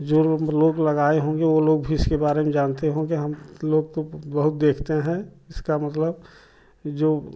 जो लोग मतलब लोग लगाए होंगे वह लोग इसके बारे में जानते होंगे हम लोग तो बहुत देखते हैं इसका मतलब जो